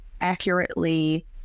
accurately